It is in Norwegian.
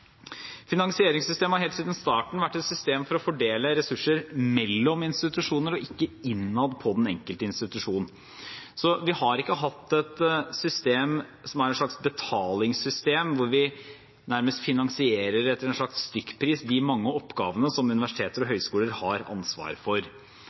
Finansieringssystemet har helt siden starten vært et system for å fordele ressurser mellom institusjoner, og ikke innad på den enkelte institusjon. Vi har ikke hatt et system som er et slags betalingssystem, hvor vi nærmest finansierer etter en slags stykkpris de mange oppgavene som universiteter og høyskoler har ansvar for.